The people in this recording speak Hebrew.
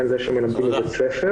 כלומר זה שמלמדים בבית הסבר.